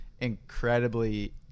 incredibly